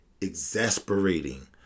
exasperating